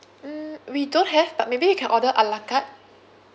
mm we don't have but maybe you can order a la carte